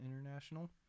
international